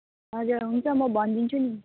हजुर हुन्छ म भनिदिन्छु नि